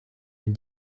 une